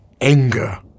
anger